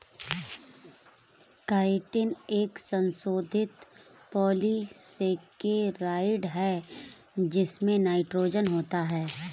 chitin एक संशोधित polysaccharide है जिसमें नाइट्रोजन होता है